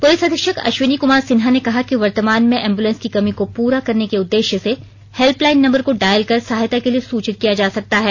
police अधीक्षक अश्विनी कुमार सिन्हा ने कहा कि वर्तमान में एंबुलेंस की कमी को पूरा करने के उद्देश्य से हेल्पलाइन नंम्बर को डायल कर सहायता के लिए सूचित किया जा सकता है